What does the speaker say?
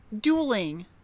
Dueling